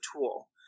tool